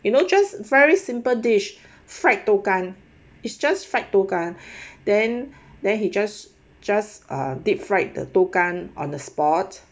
you know just very simple dish fried 豆干 it's just fried 豆干 then then he just just ah deep fried the 豆干 on the spot